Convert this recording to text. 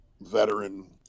veteran